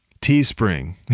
Teespring